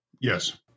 yes